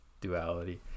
duality